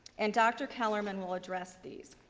and, doctor kellermann will address these.